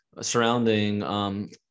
surrounding